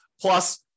Plus